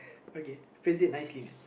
okay phrase it nicely man